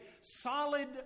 solid